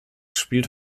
spielt